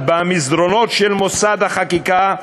במסדרונות של מוסד החקיקה,